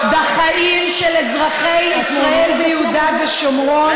חבר הכנסת יוסי יונה, בבקשה.